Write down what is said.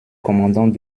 commandant